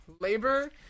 labor